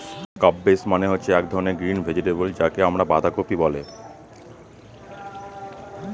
cabbage মানে হচ্ছে এক ধরনের গ্রিন ভেজিটেবল যাকে আমরা বাঁধাকপি বলে